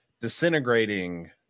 disintegrating